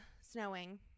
snowing